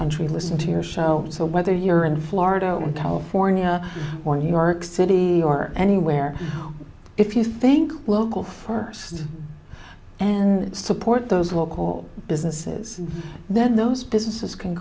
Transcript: country listen to your show so whether you're in florida and california want york city or anywhere if you think local first and support those local businesses then those businesses can